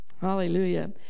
Hallelujah